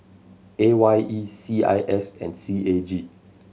A Y E C I S and C A G